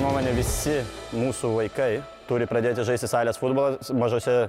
nuomone visi mūsų vaikai turi pradėti žaisti salės futbolą mažose